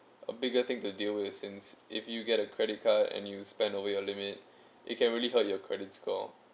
a bigger thing to deal with since if you get a credit card and you spend away your limit it can really hurt your credit score